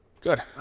Good